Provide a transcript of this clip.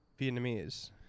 Vietnamese